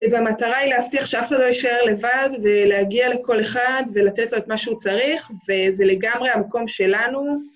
והמטרה היא להבטיח שאף אחד לא יישאר לבד, ולהגיע לכל אחד ולתת לו את מה שהוא צריך, וזה לגמרי המקום שלנו.